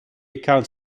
account